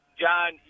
John